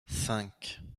cinq